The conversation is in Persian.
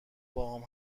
باهام